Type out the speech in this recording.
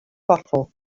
bottle